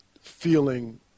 feeling